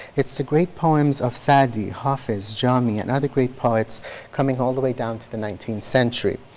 it's the great poems of s'adi, hafiz, jami, and other great poets coming all the way down to the nineteenth century.